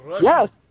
Yes